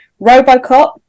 Robocop